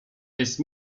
jest